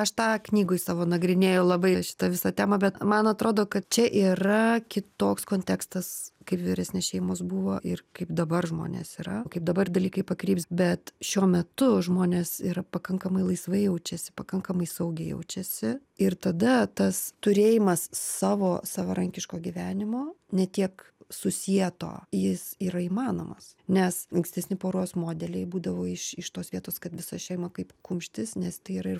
aš tą knygoj savo nagrinėju labai šitą visą temą bet man atrodo kad čia yra kitoks kontekstas kaip vyresnės šeimos buvo ir kaip dabar žmonės yra kaip dabar dalykai pakryps bet šiuo metu žmonės yra pakankamai laisvai jaučiasi pakankamai saugiai jaučiasi ir tada tas turėjimas savo savarankiško gyvenimo ne tiek susieto jis yra įmanomas nes ankstesni poros modeliai būdavo iš iš tos vietos kad visa šeima kaip kumštis nes tai yra ir